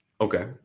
Okay